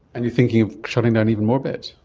and you're thinking of shutting down even more beds.